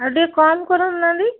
ଆଉ ଟିକେ କମ୍ କରାଉ ନାହାନ୍ତି